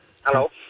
Hello